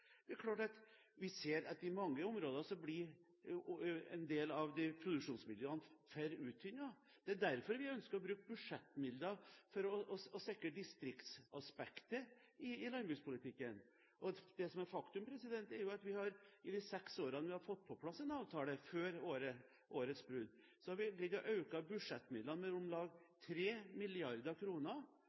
Det er klart at vi ser at på mange områder blir en del av produksjonsmiljøene for uttynnet. Det er derfor vi ønsker å bruke budsjettmidler for å sikre distriktsaspektet i landbrukspolitikken. Det som er faktum, er at vi i de seks årene vi har fått på plass en avtale, før årets brudd, har vi økt budsjettmidlene med om lag